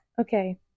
Okay